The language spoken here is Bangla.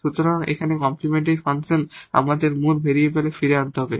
সুতরাং এখানে এই কমপ্লিমেন্টরি ফাংশন আমাদের মূল ভেরিয়েবলে ফিরে লিখতে হবে